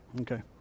Okay